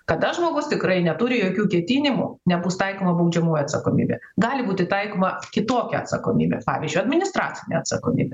kada žmogus tikrai neturi jokių ketinimų nebus taikoma baudžiamoji atsakomybė gali būti taikoma kitokia atsakomybė pavyzdžiui administracinė atsakomybė